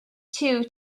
two